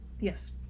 Yes